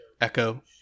Echo